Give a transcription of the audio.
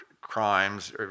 crimes